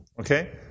okay